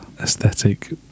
Aesthetic